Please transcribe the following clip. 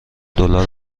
دلار